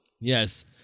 Yes